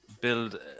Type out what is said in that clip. build